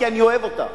כי אני אוהב אותה,